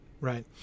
right